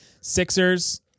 Sixers